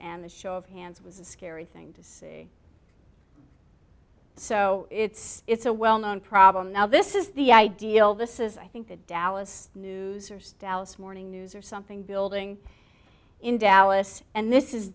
and the show of hands was a scary thing to see so it's it's a well known problem now this is the ideal this is i think the dallas news or stella's morning news or something building in dallas and this is